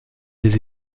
des